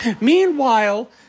Meanwhile